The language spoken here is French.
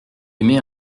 émets